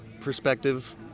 perspective